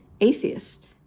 atheist